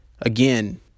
Again